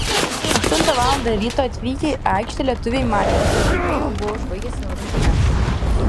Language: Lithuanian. aštuntą valandą ryto atvykę į aikštę lietuviai matė jog vaikai jau buvo užbaigę savo rungtynes